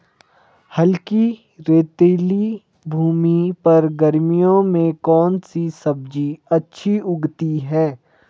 हल्की रेतीली भूमि पर गर्मियों में कौन सी सब्जी अच्छी उगती है?